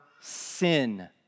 sin